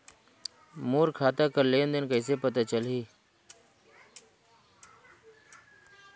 मोर खाता कर लेन देन कइसे पता चलही?